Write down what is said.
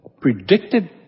predicted